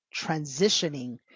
transitioning